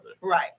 right